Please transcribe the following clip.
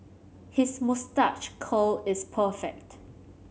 his moustache curl is perfect